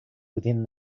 within